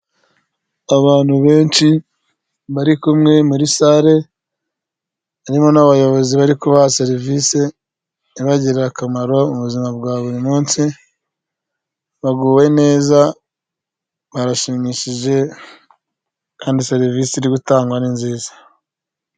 Abantu benshi bari kumwe muri sare, harimo n'abayobozi bari kubaha serivise ibagirire akamaro mu buzima bwa buri munsi. Baguwe neza barashimishije kandi serivise iri gutangwa ni nziza.